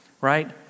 right